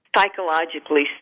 psychologically